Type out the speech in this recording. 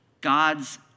God's